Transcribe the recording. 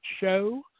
Show